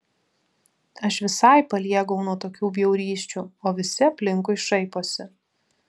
aš visai paliegau nuo tokių bjaurysčių o visi aplinkui šaiposi